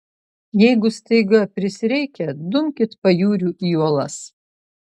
jeigu staiga prisireikia dumkit pajūriu į uolas